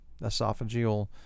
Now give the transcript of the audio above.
esophageal